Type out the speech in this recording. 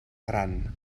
gran